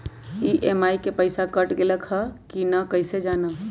EMI के पईसा कट गेलक कि ना कइसे हम जानब?